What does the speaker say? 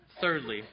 Thirdly